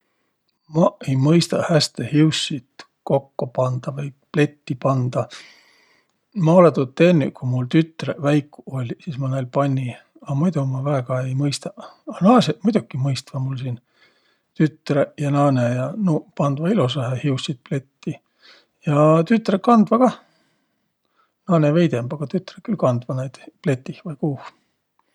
Maq ei mõistaq häste hiussit kokko pandaq ei pletti pandaq. Ma olõ tuud tennüq, ku mul tütreq väikuq olliq. Sis ma näiul panni, a muido ma väega ei mõistaq. A naasõq muidoki mõistvaq mul siin, tütreq ja naanõ ja. Nuuq pandvaq ilosahe hiussit pletti ja tütreq kandvaq kah. Naanõ veidemb, aga tütreq külh kandvaq naid pletih vai kuuh.